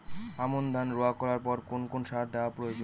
আমন ধান রোয়া করার পর কোন কোন সার দেওয়া প্রয়োজন?